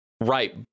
Right